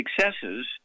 successes